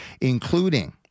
including